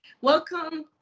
Welcome